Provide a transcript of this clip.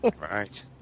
Right